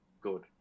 good